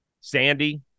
Sandy